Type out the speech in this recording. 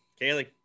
Kaylee